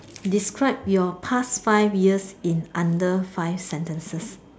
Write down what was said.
describe your past five years in under five sentences